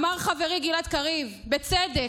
אמר חברי גלעד קריב, בצדק,